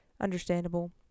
understandable